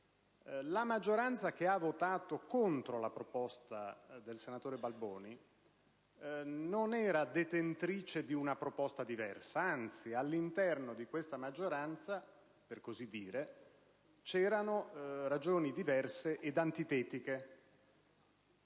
La maggioranza che ha votato contro la proposta del senatore Balboni non era detentrice di una proposta diversa; anzi, all'interno di questa maggioranza - per così dire - c'erano ragioni diverse ed antitetiche.